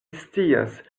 scias